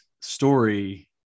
story